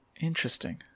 interesting